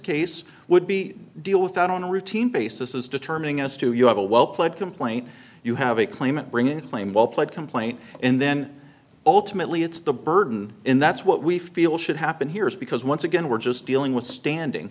case would be deal with on a routine basis is determining us to you have a well played complaint you have a claimant bringing a claim well pled complaint and then ultimately it's the burden in that's what we feel should happen here is because once again we're just dealing with standing